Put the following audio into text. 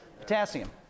potassium